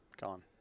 Gone